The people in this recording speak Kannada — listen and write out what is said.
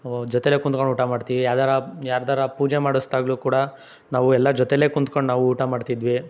ಜೊತೆಯಲ್ಲೇ ಕುಂತ್ಕೊಂಡು ಊಟ ಮಾಡ್ತೀವಿ ಯಾವ್ದಾರೂ ಯಾರ್ದಾರೂ ಪೂಜೆ ಮಾಡಿಸ್ದಾಗ್ಲೂ ಕೂಡ ನಾವು ಎಲ್ಲ ಜೊತೆಯಲ್ಲೇ ಕುಂತ್ಕಂಡು ನಾವು ಊಟ ಮಾಡ್ತಿದ್ವಿ